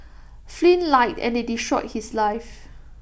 Flynn lied and they destroyed his life